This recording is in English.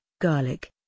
garlic